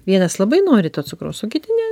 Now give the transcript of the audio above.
vienas labai nori to cukraus o kiti ne